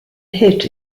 hit